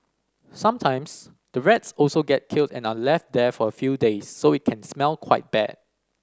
sometimes the rats also get killed and are left there for few days so it can smell quite bad